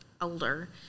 older